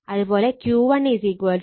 അതുപോലെ Q1 S1 sin 50 × 0